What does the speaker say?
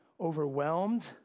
overwhelmed